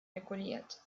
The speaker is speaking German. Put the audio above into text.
reguliert